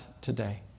today